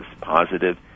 positive